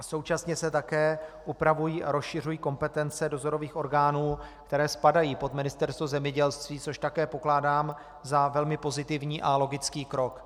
Současně se také upravují a rozšiřují kompetence dozorových orgánů, které spadají pod Ministerstvo zemědělství, což také pokládám za velmi pozitivní a logický krok.